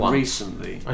recently